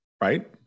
right